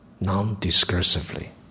non-discursively